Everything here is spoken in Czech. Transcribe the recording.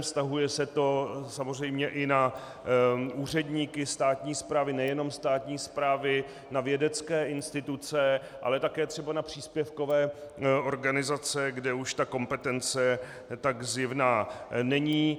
Vztahuje se to samozřejmě i na úředníky státní správy, nejenom státní správy, na vědecké instituce, ale také třeba na příspěvkové organizace, kde už kompetence tak zjevná není.